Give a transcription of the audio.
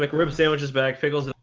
like rib sandwiches bag pickles ah